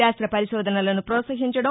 శాస్త పరిశోధనలను ప్రోత్సహించడం